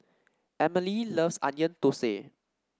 Emmalee loves Onion Thosai